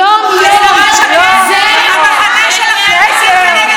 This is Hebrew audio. השרה שקד, המחנה שלכם הסית נגד ראש הממשלה שנרצח.